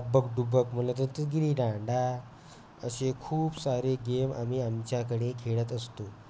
अब्बक डुब्बक म्हणलं तर तगिरी डांडा असे खूप सारे गेम आम्ही आमच्याकडे खेळत असतो